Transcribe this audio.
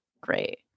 great